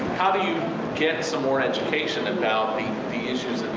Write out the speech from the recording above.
how do you get some more education about the the issues